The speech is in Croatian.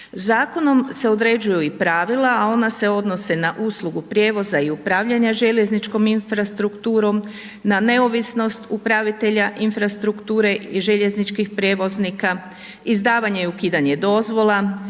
Zakonom se određuju i pravila, a ona se odnose na usluge prijevoza i upravljanja željezničkom infrastrukturom, na neovisno upravitelja infrastrukture i željezničkih prijevoznika, izdavanje i ukidanje dozvola,